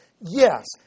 Yes